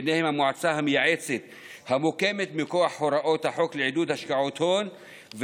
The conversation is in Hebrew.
ובהם המועצה המייעצת המוקמת מכוח הוראות החוק לעידוד השקעות הון,